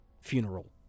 funeral